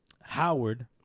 Howard